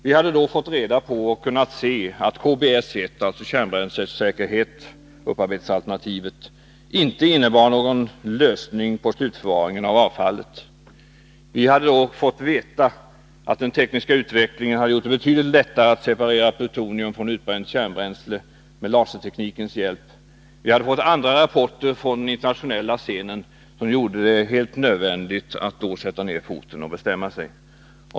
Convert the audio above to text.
Vi hade då fått reda på och kunnat se att KBS 1 — Projekt Kärnbränslesäkerhets upparbetningsalternativ — inte innebar någon lösning på problemet med slutförvaring av avfallet. Vi hade då fått veta att den tekniska utvecklingen hade gjort det betydligt lättare och billigare att med laserteknikens hjälp separera plutonium från utbränt kärnbränsle. Vi hade fått andra rapporter från den internationella scenen som gjorde det nödvändigt att bestämma sig.